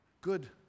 good